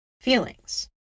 feelings